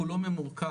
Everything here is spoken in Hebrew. כולו ממורכז,